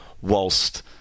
whilst